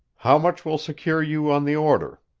how much will secure you on the order?